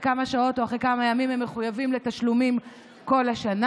כמה שעות או אחרי כמה ימים הם מחויבים בתשלומים כל השנה.